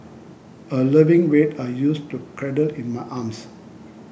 a loving weight I used to cradle in my arms